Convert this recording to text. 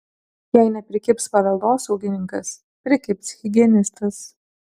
jei neprikibs paveldosaugininkas prikibs higienistas